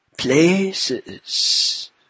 Places